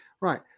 right